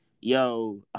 yo